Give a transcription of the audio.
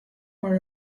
worry